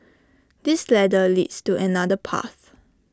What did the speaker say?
this ladder leads to another path